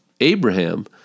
Abraham